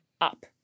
up